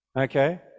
Okay